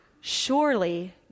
surely